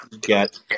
get